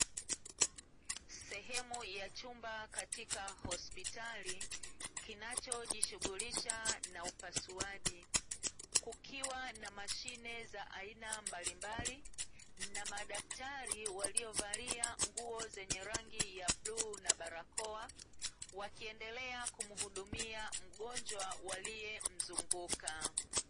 Sehemu ya chumba katika hospitali, kinachojishughulisha na upasuaji, kukiwa na mashine za aina mbalimbali, na madaktari waliovalia nguo zenye rangi ya bluu na barakoa, wakiendelea kumuhudumia mgonjwa waliyemzunguka.